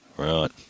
Right